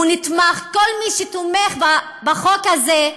הוא נתמך, כל מי שתומך בחוק הזה,